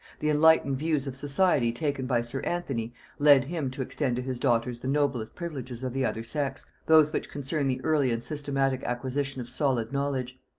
the enlightened views of society taken by sir anthony led him to extend to his daughters the noblest privileges of the other sex, those which concern the early and systematic acquisition of solid knowledge.